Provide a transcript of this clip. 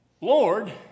Lord